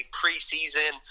preseason